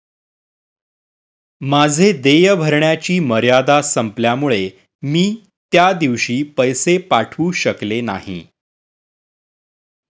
माझे देय भरण्याची मर्यादा संपल्यामुळे मी त्या दिवशी पैसे पाठवू शकले नाही